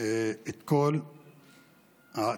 את כל התוכניות